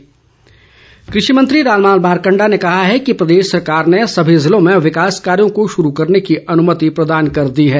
मारकंडा कृषि मंत्री रामलाल मारकंडा ने कहा है कि प्रदेश सरकार ने सभी जिलों में विकास कार्यो को शुरू करने की अनुमति प्रदान कर दी है